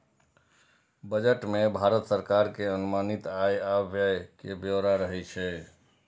budget मे भारत सरकार के अनुमानित आय आ व्यय के ब्यौरा रहै छै